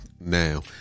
now